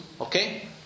Okay